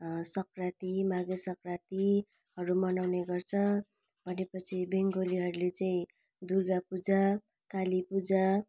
सङ्क्रान्ति माघे सङ्क्रान्तिहरू मनाउने गर्छ भने पछि बेङगोलीहरूले चाहिँ दुर्गा पूजा काली पूजा